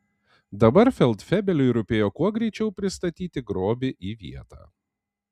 dabar feldfebeliui rūpėjo kuo greičiau pristatyti grobį į vietą